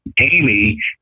Amy